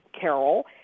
carol